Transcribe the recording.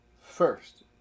first